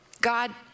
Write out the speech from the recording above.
God